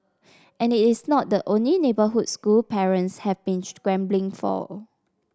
and it is not the only neighbourhood school parents have been scrambling for